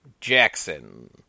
Jackson